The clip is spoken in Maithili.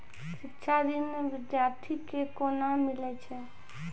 शिक्षा ऋण बिद्यार्थी के कोना मिलै छै?